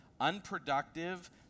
unproductive